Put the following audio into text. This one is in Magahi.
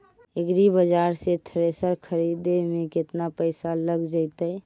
एग्रिबाजार से थ्रेसर खरिदे में केतना पैसा लग जितै?